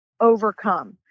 overcome